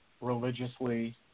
religiously